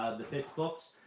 the fitz books,